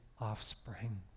offspring